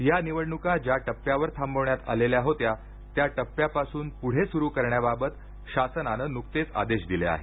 या निवडणुका ज्या टप्प्यावर थांबविण्यात आलेल्या होत्या त्या टप्प्यापासून पुढे सुरू करण्याबाबत शासनान नुकतेच आदेश दिले आहेत